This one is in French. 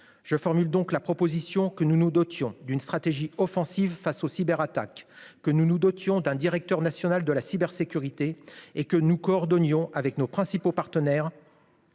je formule donc la proposition que nous nous dotions d'une stratégie offensive face au cyber attaques que nous nous dotions d'un directeur national de la cybersécurité et que nous coordonnons avec nos principaux partenaires.